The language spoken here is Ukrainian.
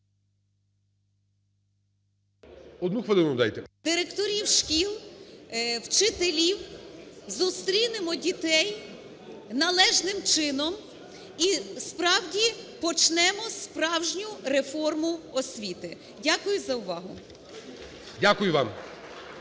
Дякую за увагу.